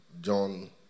John